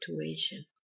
situation